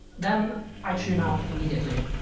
then i tune out immediately.